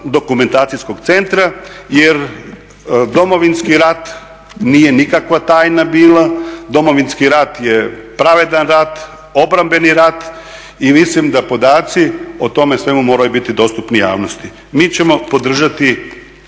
dokumentacijskog centra jer Domovinski rat nije nikakva tajna bila, Domovinski rat je pravedan rat, obrambeni rat i mislim da podaci o tome svemu moraju biti dostupni javnosti. Mi ćemo podržati